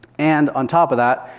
and on top of that,